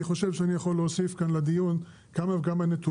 חושב שאני יכול להוסיף כאן לדיון כמה וכמה נתונים.